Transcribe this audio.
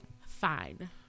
fine